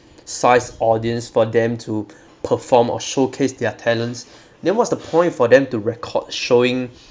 size audience for them to perform or showcase their talents then what's the point for them to record showing